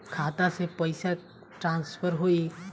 खाता से पैसा कईसे ट्रासर्फर होई?